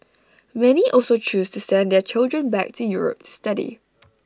many also chose to send their children back to Europe to study